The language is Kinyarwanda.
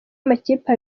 makipe